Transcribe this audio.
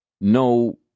No